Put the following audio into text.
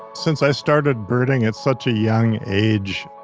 since i started birding at such a young age,